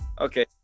okay